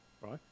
right